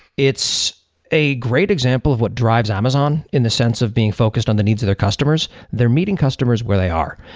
it's a great example of what drives amazon in the sense of being focused on the needs of their customers. they're meeting customers where they are,